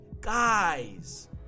guys